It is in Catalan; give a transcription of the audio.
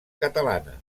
catalana